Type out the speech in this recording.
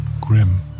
grim